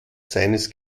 seines